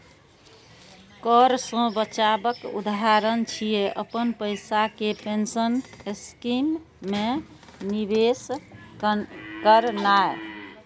कर सं बचावक उदाहरण छियै, अपन पैसा कें पेंशन स्कीम मे निवेश करनाय